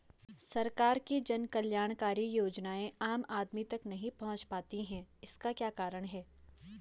सरकार की जन कल्याणकारी योजनाएँ आम आदमी तक नहीं पहुंच पाती हैं इसका क्या कारण है?